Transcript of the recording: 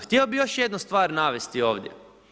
Htio bih još jednu stvar navesti ovdje.